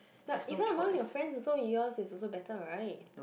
but even among your friends also yours is also better right